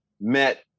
met